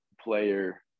player